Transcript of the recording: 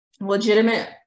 legitimate